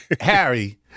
Harry